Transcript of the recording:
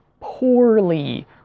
poorly